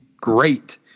great